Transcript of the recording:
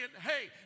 hey